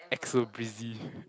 act so busy